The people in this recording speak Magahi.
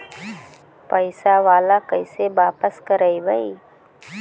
पैसा बाला कैसे बापस करबय?